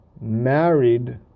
married